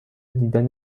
دیدن